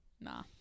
Nah